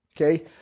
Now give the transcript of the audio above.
Okay